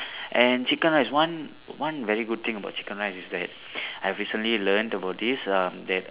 and chicken rice is one one very good thing about chicken rice is that I have recently learnt about this um that